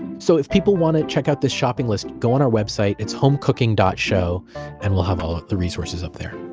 so if people want to check out this shopping list, go on our website. it's homecooking show and we'll have all the resources up there